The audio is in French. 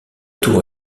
tour